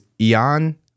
Ian